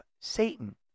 Satan